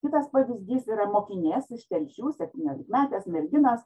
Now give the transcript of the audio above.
kitas pavyzdys yra mokinės iš telšių septyniolikmetės merginos